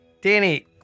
Danny